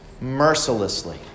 mercilessly